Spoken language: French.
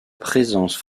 présence